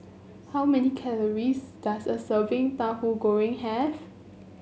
how many calories does a serving Tahu Goreng have